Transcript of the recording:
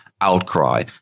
outcry